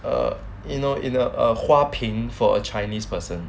err you know in a ah 花瓶 for a chinese person